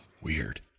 Weird